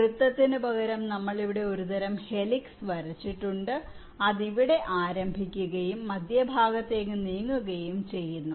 വൃത്തത്തിനുപകരം നമ്മൾ ഇവിടെ ഒരു തരം ഹെലിക്സ് വരച്ചിട്ടുണ്ട് അത് ഇവിടെ ആരംഭിക്കുകയും അത് മധ്യഭാഗത്തേക്ക് നീങ്ങുകയും ചെയ്യുന്നു